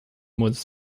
was